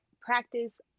practice